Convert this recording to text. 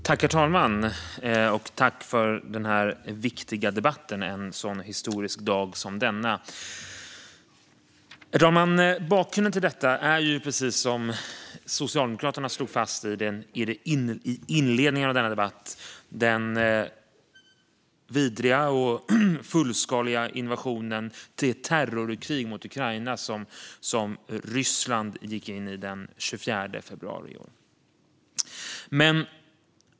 Herr talman! Jag tackar för denna viktiga debatt en historisk dag som denna. Herr talman! Bakgrunden till detta är, precis som Socialdemokraterna slog fast i inledningen av debatten, den vidriga och fullskaliga invasion av - det terrorkrig mot - Ukraina som Ryssland gick in i den 24 februari i år.